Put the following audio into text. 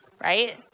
Right